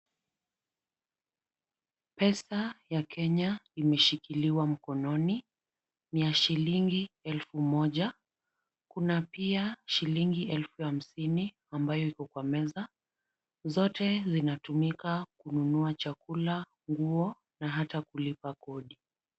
Pesa ya Kenya imeshikiliwa mkononi. Ni ya shilingi elfu moja. Kuna pia shilingi elfu hamsini ambayo iko kwa meza. Zote zinatumika kununua chakula, nguo, na hata kulipa kodi.